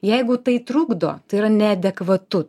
jeigu tai trukdo tai yra neadekvatu